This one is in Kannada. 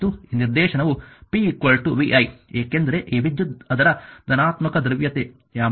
ಮತ್ತು ಈ ನಿದರ್ಶನವು p vi ಏಕೆಂದರೆ ಈ ವಿದ್ಯುತ್ ಅದರ ಧನಾತ್ಮಕ ಧ್ರುವೀಯತೆಯ ಮೂಲಕ ಪ್ರವೇಶಿಸುತ್ತಿದೆ